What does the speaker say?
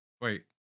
Wait